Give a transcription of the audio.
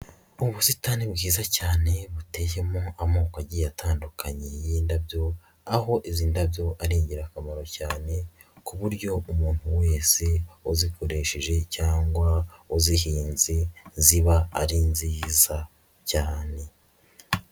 Ubusitani bwiza cyane buteyemo amoko agiye atandukanye y'indabyo, aho izi ndabyo ari ingirakamaro cyane ku buryo umuntu wese wa uzikoreshereje cyangwa uzihinze ziba ari nziza cyane.